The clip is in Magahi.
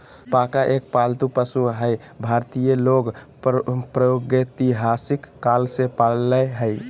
अलपाका एक पालतू पशु हई भारतीय लोग प्रागेतिहासिक काल से पालय हई